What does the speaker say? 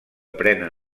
prenen